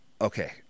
okay